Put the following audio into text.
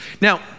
now